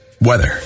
weather